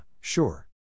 sure